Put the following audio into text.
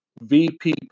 VP